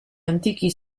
antichi